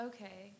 Okay